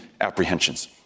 apprehensions